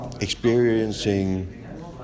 experiencing